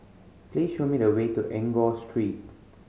please show me the way to Enggor Street